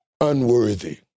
unworthy